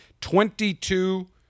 Twenty-two